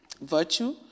virtue